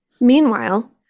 Meanwhile